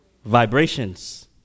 Vibrations